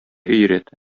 өйрәт